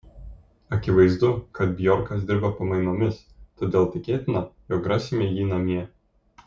akivaizdu kad bjorkas dirba pamainomis todėl tikėtina jog rasime jį namie